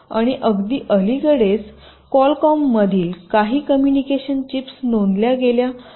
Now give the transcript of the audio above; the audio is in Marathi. आणि अगदी अलीकडेच क्वालकॉममधील काही कॉम्युनिकेशन चिप्स नोंदल्या गेल्या आहेत